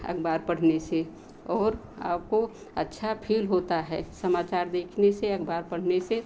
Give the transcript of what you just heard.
अखबार पढ़ने से और आपको अच्छा फील होता है समाचार देखने से अखबार पढ़ने से